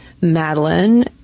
Madeline